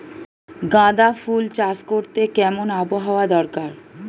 গাঁদাফুল চাষ করতে কেমন আবহাওয়া দরকার?